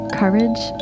courage